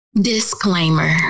Disclaimer